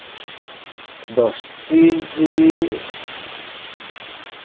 ᱫᱚᱥᱴᱤ ᱡᱚᱫᱤ